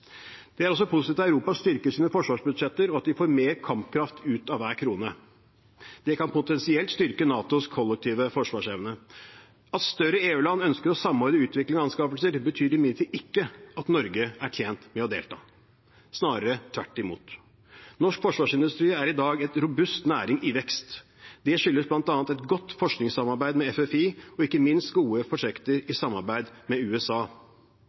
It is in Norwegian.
Det er også positivt at Europa styrker sine forsvarsbudsjetter, og at vi får mer kampkraft ut av hver krone. Det kan potensielt styrke NATOs kollektive forsvarsevne. At større EU-land ønsker å samordne utviklingen av anskaffelser, betyr imidlertid ikke at Norge er tjent med å delta, snarere tvert imot. Norsk forsvarsindustri er i dag en robust næring i vekst. Det skyldes bl.a. et godt forskningssamarbeid med FFI og ikke minst gode prosjekter i samarbeid med USA. Norsk forsvarsindustri er liten i internasjonal sammenheng, og overfor USA